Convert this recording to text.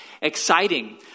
exciting